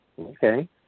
Okay